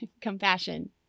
compassion